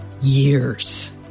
years